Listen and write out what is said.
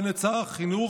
בנט שר החינוך,